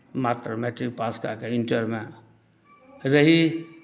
मात्र matric pass कए कऽ इण्टरमे रही